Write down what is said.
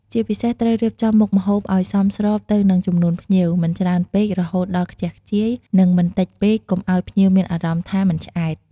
ជាពិសេសត្រូវរៀបចំមុខម្ហូបឲ្យសមស្របទៅនឹងចំនួនភ្ញៀវ មិនច្រើនពេករហូតដល់ខ្ជះខ្ជាយ និងមិនតិចពេកកុំឲ្យភ្ញៀវមានអារម្មណ៍ថាមិនឆ្អែត។